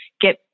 get